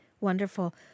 Wonderful